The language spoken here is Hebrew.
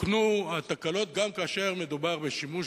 ותוקנו התקלות גם כאשר מדובר בשימוש